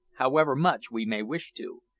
however much we may wish to,